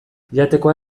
jatekoa